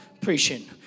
preaching